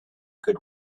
good